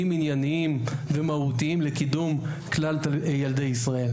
ענייניים ומהותיים לקידום כלל ילדי ישראל.